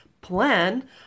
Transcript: plan